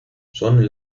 son